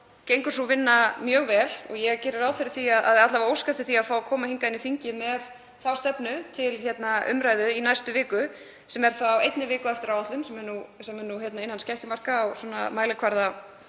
gengur sú vinna mjög vel. Ég geri ráð fyrir því eða óska alla vega eftir því að fá að koma hingað inn í þingið með þá stefnu til umræðu í næstu viku, sem er þá einni viku á eftir áætlun sem er nú innan skekkjumarka á mælikvarða